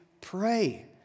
pray